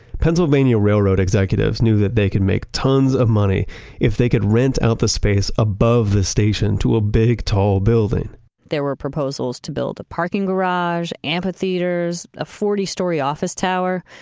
pennsylvania railroad executives knew that they could make tons of money if they could rent out the space above the station to a big tall building there were proposals to build a parking garage, amphitheaters, a forty story office tower,